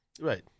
Right